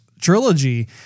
trilogy